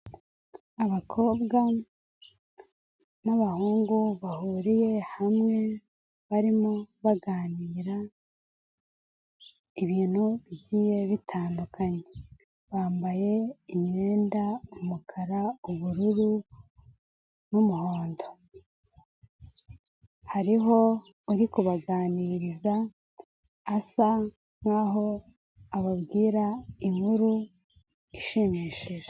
Abakobwa n'abahungu bahuriye hamwe barimo baganira ibintu bigiye bitandukanye, bambaye imyenda umukara, ubururu n'umuhondo, hariho uri kubaganiriza asa nkaho ababwira inkuru ishimishije.